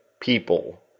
people